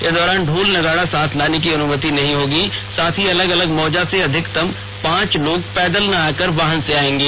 इस दौरान ढोल नगाड़ा साथ लाने की अनुमति नहीं होगी साथ ही अलग अलग मौजा से अधिकतम पांच लोग पैदल न आकर वाहन से आयेंगे